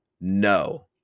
no